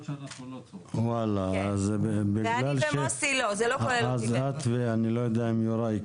אני לא יודע אם את צורכת,